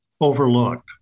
overlooked